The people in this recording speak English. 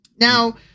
Now